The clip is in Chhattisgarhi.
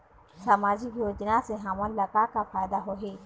सामाजिक योजना से हमन ला का का फायदा होही?